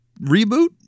reboot